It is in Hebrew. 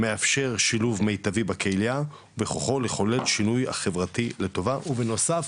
מאפשר שילוב מיטבי בקהילה וכוחו לחולל שינוי חברתי לטובה ובנוסף